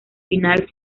final